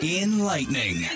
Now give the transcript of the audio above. enlightening